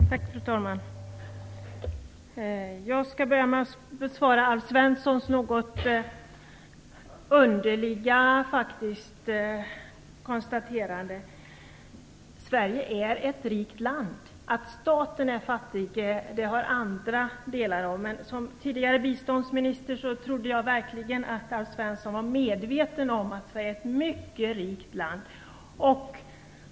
Fru talman! Jag skall börja med att besvara Alf Svenssons faktiskt något underliga konstaterande. Sverige är ett rikt land. Staten är fattig, men jag trodde verkligen att Alf Svensson som tidigare biståndsminister var medveten om att Sverige är ett mycket rikt land.